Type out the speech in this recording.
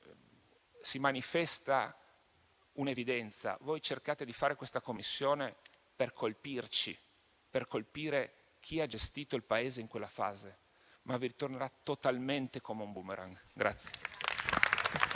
Si manifesta una evidenza. Voi cercate di fare questa Commissione per colpirci, per colpire chi ha gestito il Paese in quella fase, ma vi ritornerà totalmente indietro, come un *boomerang.*